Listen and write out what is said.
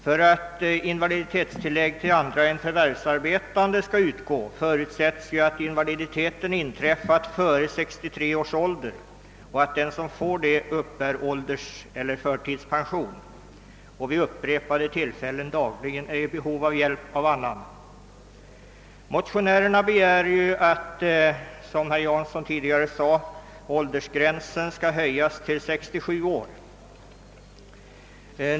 För att sådant tilllägg till andra än förvärvsarbetande skall kunna utgå förutsättes att invaliditeten inträffat före 63 års ålder samt att den som får tillägget uppbär ålderseller förtidspension och är i behov av hjälp av annan person vid upprepade tillfällen dagligen. Som herr Jansson framhöll har motionärerna yrkat att åldersgränsen skall höjas till 67 år.